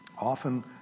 Often